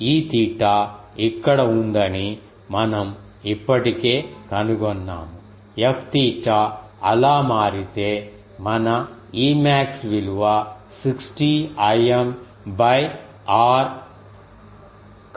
Eθ ఇక్కడ ఉందని మనం ఇప్పటికే కనుగొన్నాము Fθ అలా మారితే మన Emax విలువ 60 Im by r